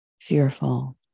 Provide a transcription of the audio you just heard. fearful